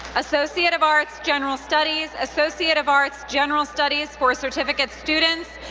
associate of arts, general studies, associate of arts, general studies for certificate students,